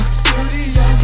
studio